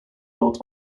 built